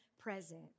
present